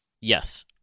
Yes